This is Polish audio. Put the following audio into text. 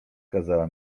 kazała